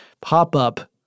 pop-up